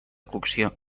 cocció